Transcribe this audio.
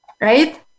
right